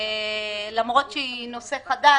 למרות שהיא נושא חדש,